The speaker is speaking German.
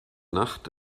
nacht